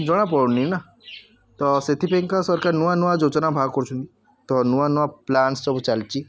ଜଣାପଡ଼ୁନି ନା ତ ସେଥି ପାଇଁକା ସରକାର ନୂଆ ନୂଆ ଯୋଜନା ବାହାର କରୁଛନ୍ତି ତ ନୂଆ ନୂଆ ପ୍ଲାନ୍ସ ସବୁ ଚାଲିଛି